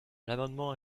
l’amendement